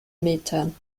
metern